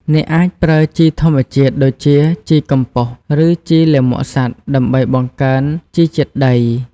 អ្នកអាចប្រើជីធម្មជាតិដូចជាជីកំប៉ុស្ត ឬជីលាមកសត្វ ដើម្បីបង្កើនជីជាតិដី។